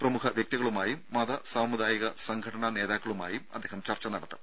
പ്രമുഖ വ്യക്തികളുമായും മത സാമുദായിക സംഘടനാ നേതാക്കളുമായും അദ്ദേഹം ചർച്ച നടത്തും